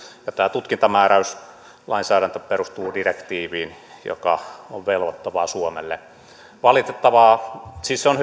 tutkintamääräyslainsäädäntö perustuu direktiiviin joka on velvoittava suomelle siis se on